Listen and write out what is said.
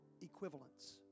equivalents